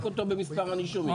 תחלק אותו במספר הנישומים,